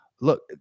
look